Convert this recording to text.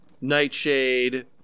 nightshade